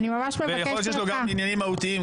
יכול להיות שיש לו גם עניינים מהותיים,